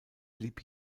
blieb